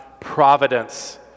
providence